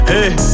Hey